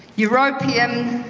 europium.